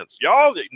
Y'all